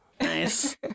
Nice